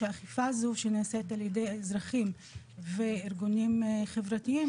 שהאכיפה הזו שנעשית על ידי האזרחים וארגונים חברתיים,